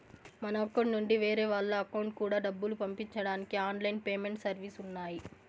మన అకౌంట్ నుండి వేరే వాళ్ళ అకౌంట్ కూడా డబ్బులు పంపించడానికి ఆన్ లైన్ పేమెంట్ సర్వీసెస్ ఉన్నాయి